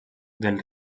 del